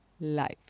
life